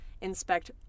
Inspect